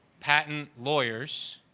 patent lawyers,